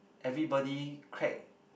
everybody crack